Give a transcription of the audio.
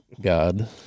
god